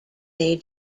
they